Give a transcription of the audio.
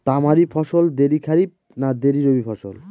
তামারি ফসল দেরী খরিফ না দেরী রবি ফসল?